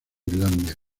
islandia